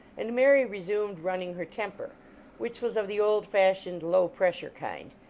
and mary resumed running her temper which was of the old-fashioned, low-pressure kind,